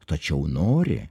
tačiau nori